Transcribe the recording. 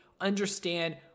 understand